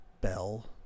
Bell